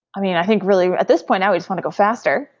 i mean, i think really at this point i just want to go faster.